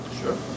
Sure